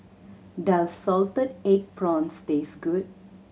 does salted egg prawns taste good